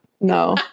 no